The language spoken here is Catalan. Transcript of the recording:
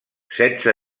setze